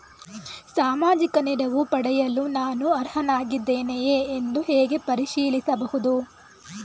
ಸಾಮಾಜಿಕ ನೆರವು ಪಡೆಯಲು ನಾನು ಅರ್ಹನಾಗಿದ್ದೇನೆಯೇ ಎಂದು ಹೇಗೆ ಪರಿಶೀಲಿಸಬಹುದು?